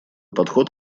подход